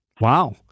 wow